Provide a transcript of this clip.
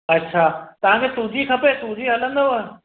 अछा तव्हांखे सूजी खपे सूजी हलंदव